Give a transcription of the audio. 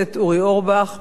ברוך שובך,